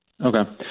Okay